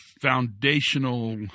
foundational